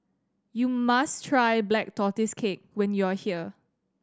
you must try Black Tortoise Cake when you are here